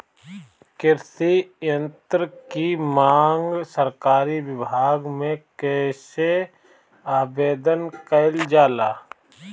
कृषि यत्र की मांग सरकरी विभाग में कइसे आवेदन कइल जाला?